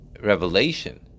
revelation